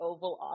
Oval